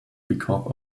because